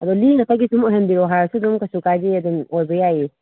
ꯑꯗꯣ ꯂꯤꯅ ꯑꯩꯈꯣꯏꯒꯤ ꯁꯨꯝ ꯑꯣꯏꯍꯟꯕꯤꯔꯛꯑꯣ ꯍꯥꯏꯔꯁꯨ ꯀꯩꯁꯨ ꯀꯥꯏꯗꯦ ꯑꯗꯨꯝ ꯑꯣꯏꯕ ꯌꯥꯏꯌꯦ